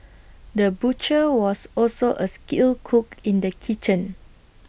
the butcher was also A skilled cook in the kitchen